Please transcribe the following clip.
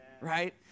right